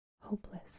hopeless